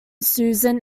susan